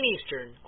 Eastern